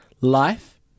Life